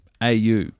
AU